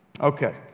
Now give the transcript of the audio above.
Okay